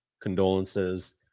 condolences